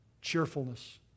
cheerfulness